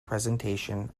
presentation